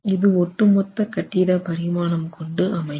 இது ஒட்டு மொத்த கட்டிட பரிமாணம் கொண்டு அமையும்